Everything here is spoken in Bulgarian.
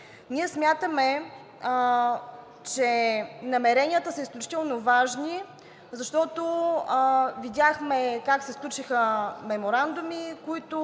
Ние смятаме, че намеренията са изключително важни, защото видяхме как се сключиха меморандуми